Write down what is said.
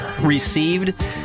received